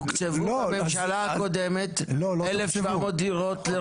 תוקצבו בממשלה הקודמת 1,700 דירות לרכש.